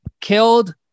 killed